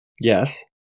Yes